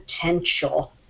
potential